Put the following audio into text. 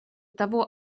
того